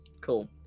Cool